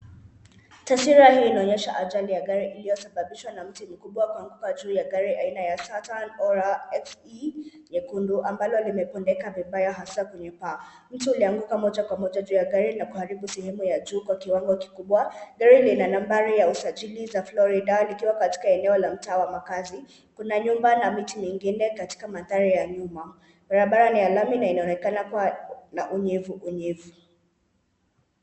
Taswira hii inaonyesha ajali ya gari iliyosababishwa na mti mkubwa kuanguka juu ya gari aina ya Saturn Aura XE nyekundu, ambalo limebondeka vibaya hasa kwenye paa. Mti ulianguka moja kwa moja juu ya gari na kuharibu sehemu ya juu kwa kiwango kikubwa. Gari ni la nambari ya usajili za Florida likiwa katika maeneo la mtaa wa makazi. Kuna nyumba na miti mingine katika mandhari ya nyuma. Barabara ni ya lami na inaonekana kuwa na unyevu unyevu